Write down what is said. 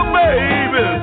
baby